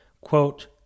quote